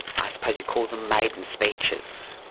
i suppose you'd call them maiden speeches?